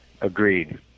Agreed